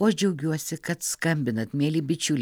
o aš džiaugiuosi kad skambinat mieli bičiuliai